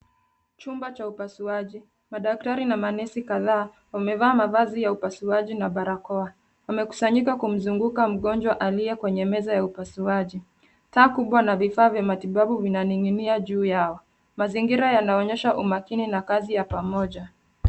Chumba cha upasuaji. Madaktari na manesi kadhaa wamevaa mavazi ya upasuaji na barakoa. Wamekusanyika kumzunguka mgonjwa aliye kwenye meza ya upasuaji. Taa kubwa na vifaa vya matibabu vinaning'inia juu yao. Mazingira yanaonyesha umakini na kazi ya pamoja.